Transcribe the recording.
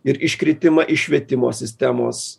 ir iškritimą iš švietimo sistemos